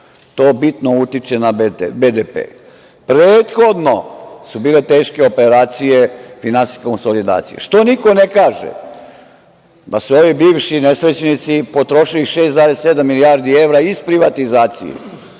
To bitno utiče na BDP. Prethodno su bile teške operacije finansijskom solidacijom. Što niko ne kaže da su ovi bivši nesrećnici potrošili 6,7 milijardi evra iz privatizacije